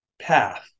path